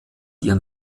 ihren